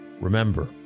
remember